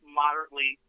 moderately